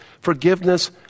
Forgiveness